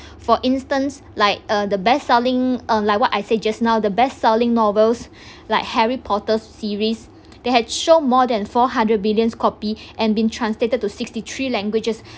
for instance like uh the best selling um like what I said just now the best selling novels like harry potter series they had sold more than four hundred billion copy and been translated to sixty three languages